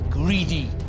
greedy